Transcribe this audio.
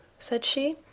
said she.